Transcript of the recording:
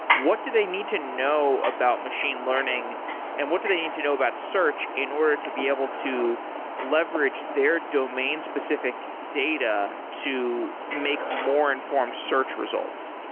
what do they need to know about machine learning and what do they need to know about search in order to be able to leverage their domain-specific data to make more informed search results?